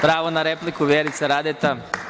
Pravo na repliku, Vjerica Radeta.